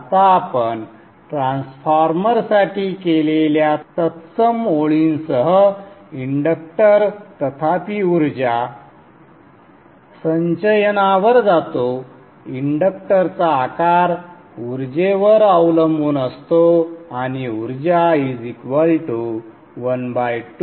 आता आपण ट्रान्सफॉर्मरसाठी केलेल्या तत्सम ओळींसह इंडक्टर तथापि ऊर्जा संचयनावर जातो इंडक्टरचा आकार उर्जेवर अवलंबून असतो आणि ऊर्जा 12LImax2 आहे संदर्भ वेळ 0412